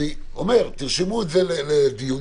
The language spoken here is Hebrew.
אני אומר שתרשמו את זה לדיון.